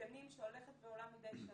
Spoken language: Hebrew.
גנים שהולכת ועולה מדי שנה.